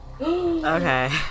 Okay